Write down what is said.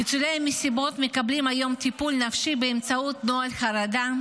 ניצולי המסיבות מקבלים היום טיפול נפשי באמצעות נוהל חרדה.